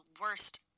worst